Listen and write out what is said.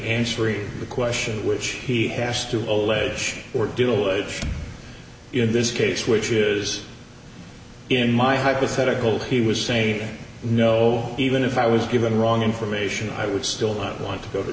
answering the question which he has to allege or do it in this case which is in my hypothetical he was say no even if i was given wrong information i would still not want to go to